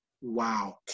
Wow